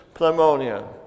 pneumonia